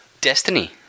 destiny